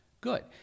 Good